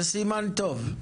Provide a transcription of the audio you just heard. זה סימן טוב.